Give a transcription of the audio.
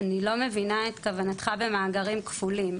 אני לא מבינה את כוונתך ב"מאגרים כפולים".